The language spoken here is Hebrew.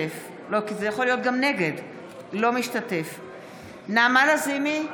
בהצבעה נעמה לזימי,